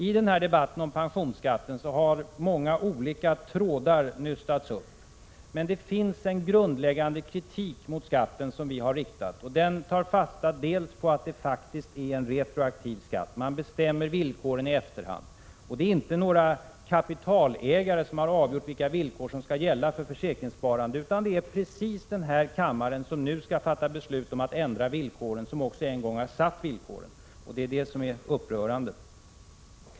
I den här debatten om pensionsskatten har många olika trådar nystats upp. Men det finns en grundläggande kritik mot skatten. Den tar fasta på att det faktiskt är fråga om en retroaktiv skatt. Man bestämmer villkoren i efterhand. Och det är inte några kapitalägare som avgjort villkoren för försäkringssparande, utan det är just ledamöterna i denna kammare, som nu skall fatta beslut om att ändra dessa villkor. Det är upprörande.